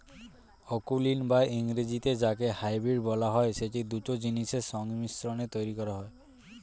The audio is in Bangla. অকুলীন বা ইংরেজিতে যাকে হাইব্রিড বলা হয়, সেটি দুটো জিনিসের সংমিশ্রণে তৈরী করা হয়